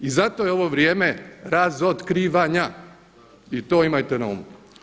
I zato je ovo vrijeme razotkrivanja i to imajte na umu.